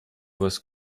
was